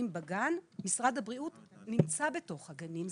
בגן משרד הבריאות נמצא בתוך הגנים,